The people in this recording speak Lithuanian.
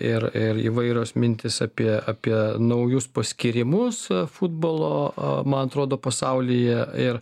ir ir įvairios mintys apie apie naujus paskyrimus futbolo man atrodo pasaulyje ir